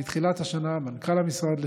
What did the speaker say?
בתחילת השנה מנכ"ל המשרד העבודה,